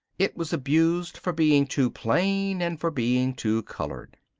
it was abused for being too plain and for being too coloured.